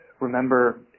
remember